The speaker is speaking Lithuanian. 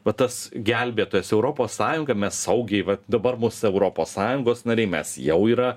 va tas gelbėtojas europos sąjunga mes saugiai vat dabar bus europos sąjungos nariai mes jau yra